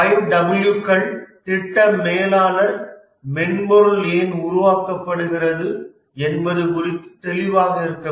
5 Wகள் திட்ட மேலாளர் மென்பொருள் ஏன் உருவாக்கப்படுகிறது என்பது குறித்து தெளிவாக இருக்க வேண்டும்